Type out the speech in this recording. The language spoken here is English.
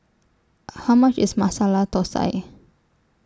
How much IS Masala Thosai